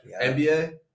NBA